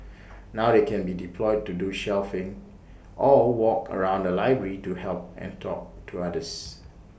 now they can be deployed to do shelving or walk around the library to help and talk to others